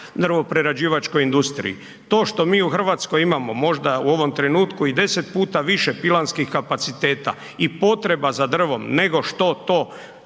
drvno-prerađivačkoj industriji. To što mi u Hrvatskoj imamo možda u ovom trenutku i 10 puta više pilanskih kapaciteta i potreba za drvom nego što to